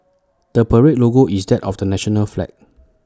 the parade's logo is that of the national flag